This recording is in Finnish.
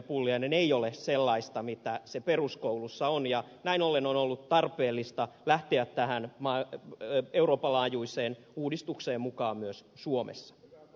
pulliainen ei ole sellaista mitä se peruskoulussa on ja näin ollen on ollut tarpeellista lähteä tähän euroopan laajuiseen uudistukseen mukaan myös suomessa